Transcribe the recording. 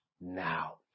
now